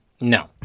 No